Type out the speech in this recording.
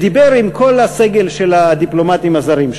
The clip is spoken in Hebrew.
והוא דיבר עם כל הסגל של הדיפלומטים הזרים,